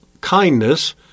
kindness